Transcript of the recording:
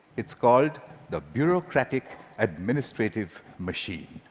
it's called the bureaucratic administrative machine.